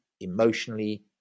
emotionally